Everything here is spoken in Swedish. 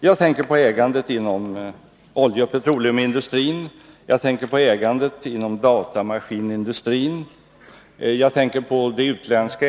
Jag tänker på det utländska ägandet inom oljeoch petroleumindustrin, inom datamaskinindustrin och inom reklambranschen.